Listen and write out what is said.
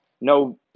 no